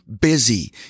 busy